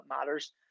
matters